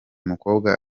mukobwa